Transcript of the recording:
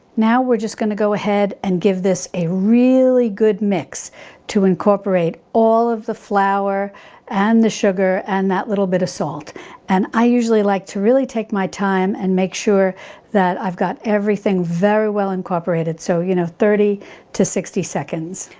now we're just going to go ahead and give this a really good mix to incorporate all of the flour and the sugar and that little bit of salt and i usually like to really take my time and make sure that i've got everything very well incorporated. so you know, thirty to sixty seconds,